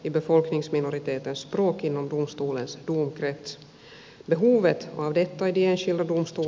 behovet av detta i de enskilda domstolarna ska bedömas skilt